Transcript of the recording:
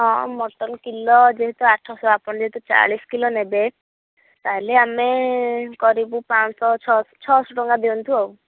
ହଁ mutton kilo ଯେହେତୁ ଆଠଶହ ଆପଣ ଯେହେତୁ ଚାଳିଶି କିଲୋ ନେବେ ତା'ହେଲେ ଆମେ କରିବୁ ପାଞ୍ଚ ଶହ ଛଅ ଶହ ଟଙ୍କା ଦିଅନ୍ତୁ ଆଉ